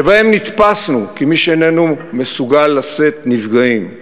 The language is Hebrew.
שבהם נתפסנו כמי שאיננו מסוגלים לשאת נפגעים,